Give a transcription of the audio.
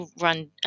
run